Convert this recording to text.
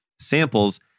samples